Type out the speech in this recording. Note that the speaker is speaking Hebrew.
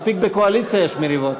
מספיק בקואליציה יש מריבות.